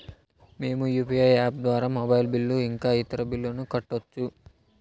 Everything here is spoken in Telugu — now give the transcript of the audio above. మేము యు.పి.ఐ యాప్ ద్వారా మొబైల్ బిల్లు ఇంకా ఇతర బిల్లులను కట్టొచ్చు